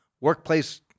workplace